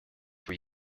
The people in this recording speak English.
were